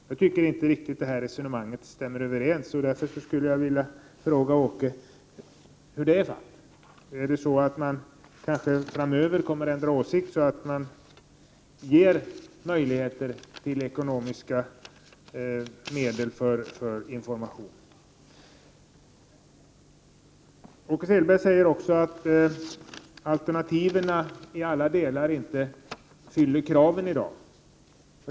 Jag tycker inte att det resonemanget går ihop. Därför skulle jag vilja fråga Åke Selberg: Kommer man från socialdemokratiskt håll framöver att ändra åsikt i denna fråga och anslå medel för här nämnda informationsverksamhet? Åke Selberg säger vidare att de alternativa metoderna inte i alla delar fyller kraven i dag.